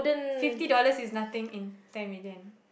fifty dollar is nothing in ten million